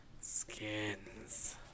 Skins